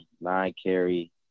nine-carry